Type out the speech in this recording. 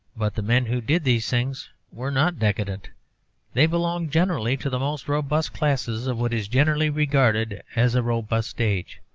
but the men who did these things were not decadent they belonged generally to the most robust classes of what is generally regarded as a robust age.